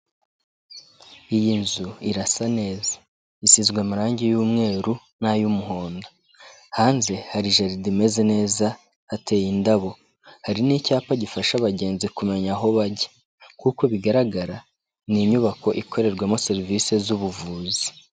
Iyi nzu irasa neza. Isizwe amarangi y'umweru n'ay'umuhondo. Hanze hari jaride imeze neza hateye indabo. Hari n'icyapa gifasha abagenzi kumenya aho bajya. Nk'uko bigaragara ni inyubako ikorerwamo serivisi z'ubuvuzi.